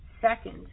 second